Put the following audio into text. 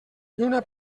lluna